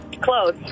Close